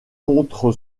contre